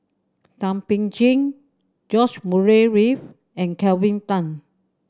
Thum Ping Tjin George Murray Reith and Kelvin Tan